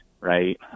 Right